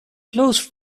close